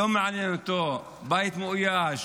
ולא מעניין אותו בית מאויש,